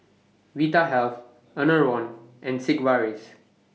Vitahealth Enervon and Sigvaris